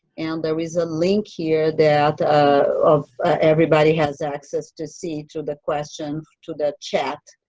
and there is a link here that of everybody has access to see to the question to the chat.